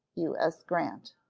u s. grant.